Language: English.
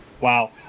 wow